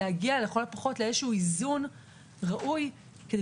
להגיע לכל הפחות לאיזשהו איזון ראוי כדי